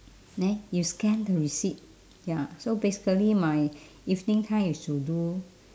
neh you scan the receipt ya so basically my evening time is to do